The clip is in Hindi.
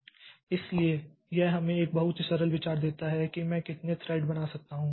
इसलिए यह हमें एक बहुत ही सरल विचार देता है कि मैं कितने थ्रेड बना सकता हूं